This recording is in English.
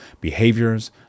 behaviors